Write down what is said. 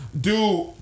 dude